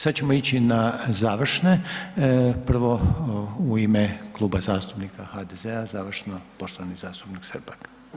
Sada ćemo ići na završne, prvo u ime Kluba zastupnika HDZ-a završno poštovani zastupnik Srpak.